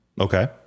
Okay